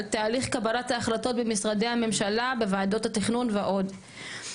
על תהליך קבלת ההחלטות במשרדי הממשלה בוועדות התיכנון ועוד.